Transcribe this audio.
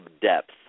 depth